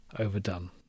overdone